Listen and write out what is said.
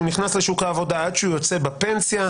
נכנס לשוק העבודה עד שהוא יוצא בפנסיה,